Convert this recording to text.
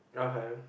okay